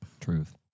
Truth